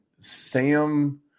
Sam